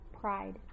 Pride